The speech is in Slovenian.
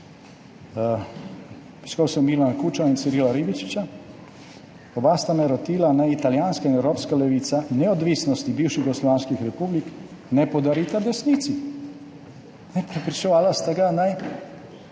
»Iskal sem Milana Kučana in Cirila Ribičiča, oba sta me rotila, naj italijanska in evropska levica neodvisnosti bivših jugoslovanskih republik ne podarita desnici.« Prepričevala sta ga, naj